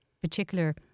particular